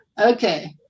Okay